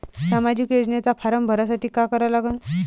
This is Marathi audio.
सामाजिक योजनेचा फारम भरासाठी का करा लागन?